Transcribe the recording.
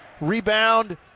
Rebound